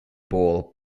ball